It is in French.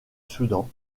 soudan